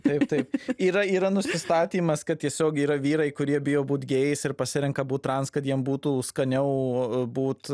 taip taip yra yra nusistatymas kad tiesiog yra vyrai kurie bijo būt gėjais ir pasirenka būt trans kad jiem būtų skaniau būt